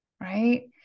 right